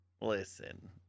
listen